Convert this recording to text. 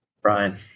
Brian